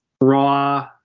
Raw